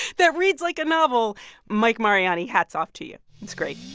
that reads like a novel mike mariani, hats off to you. it's great